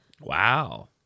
Wow